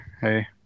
hey